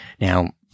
Now